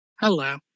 Hello